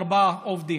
ארבעה עובדים.